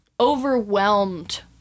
overwhelmed